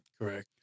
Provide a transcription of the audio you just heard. Correct